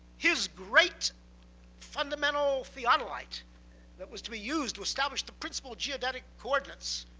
his great fundamental theodolite that was to be used to establish the principle geodetic coordinates,